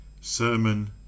Sermon